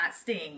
sting